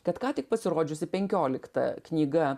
kad ką tik pasirodžiusi penkiolikta knyga